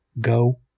go